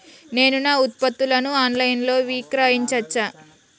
నేను నా ఉత్పత్తులను ఆన్ లైన్ లో విక్రయించచ్చా?